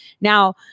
Now